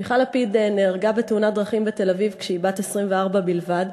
מיכל לפיד נהרגה בתאונת דרכים בתל-אביב כשהיא בת 24 בלבד,